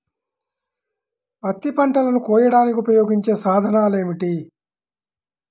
పత్తి పంటలను కోయడానికి ఉపయోగించే సాధనాలు ఏమిటీ?